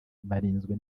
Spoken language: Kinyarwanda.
barinzwe